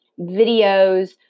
videos